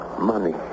Money